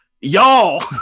y'all